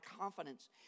confidence